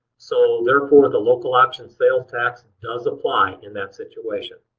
so therefore the local option sales tax does apply in that situation.